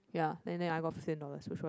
ya then I got fifteen dollars which was